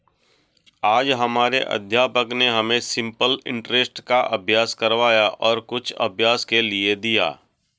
आज हमारे अध्यापक ने हमें सिंपल इंटरेस्ट का अभ्यास करवाया और कुछ अभ्यास के लिए दिया